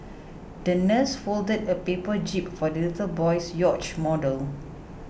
the nurse folded a paper jib for the little boy's yacht model